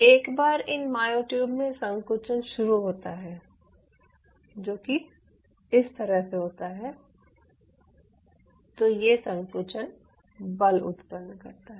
एक बार इन मायोट्यूब में संकुचन शुरू होता है जो कि इस तरह से होता है तो ये संकुचन बल उत्पन्न करता है